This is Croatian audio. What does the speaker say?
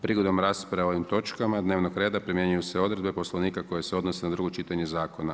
Prigodom rasprave o ovim točkama dnevnog reda, primjenjuju se odredbe poslovnika koji se odnose na drugo čitanje zakona.